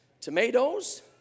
tomatoes